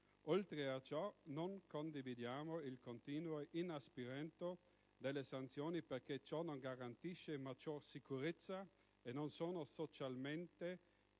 Oltre a ciò, non condividiamo il continuo inasprimento delle sanzioni, perché ciò non garantisce maggior sicurezza e non è socialmente